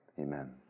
Amen